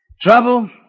Trouble